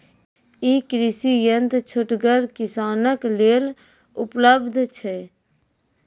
ई कृषि यंत्र छोटगर किसानक लेल उपलव्ध छै?